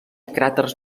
cràters